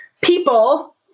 people